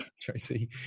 Tracy